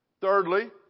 Thirdly